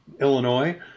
Illinois